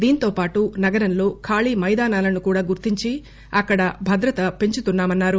దీంతోపాటు నగరంలో ఖాళీ మైదానాలను కూడా గుర్తించి అక్కడ భద్రత పెంచుతామన్నారు